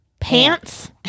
pants